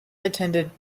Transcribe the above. attended